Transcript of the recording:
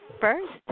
first